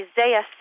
Isaiah